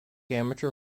amateur